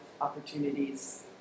opportunities